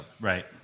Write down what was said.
Right